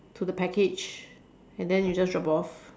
to the package and then you just drop off